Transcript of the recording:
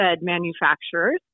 manufacturers